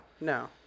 No